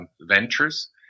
ventures